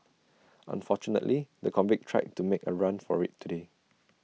unfortunately the convict tried to make A run for IT today